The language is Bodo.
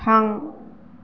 थां